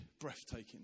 breathtaking